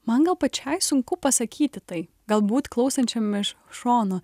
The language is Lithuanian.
man gal pačiai sunku pasakyti tai galbūt klausančiam iš šono